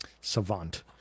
Savant